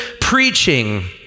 preaching